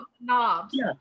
knobs